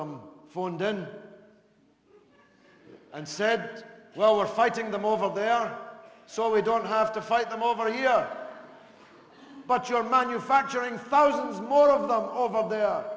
then and said well we're fighting them over there so we don't have to fight them over here but you're manufacturing thousands more of them over there